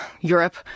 Europe